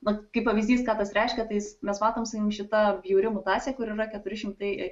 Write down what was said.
vat kaip pavyzdys ką tas reiškia tai jis mes matom šita bjauri mutacija kuri yra keturi šimtai